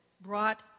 brought